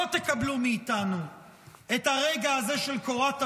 לא תקבלו מאיתנו את הרגע הזה של קורת הרוח,